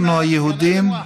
אנחנו היהודים,